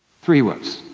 three woes.